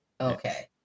Okay